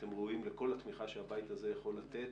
אתם ראויים לכל התמיכה שהבית הזה יכול לתת,